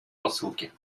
посылки